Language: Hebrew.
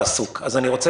אני רואה שחברי,